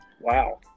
wow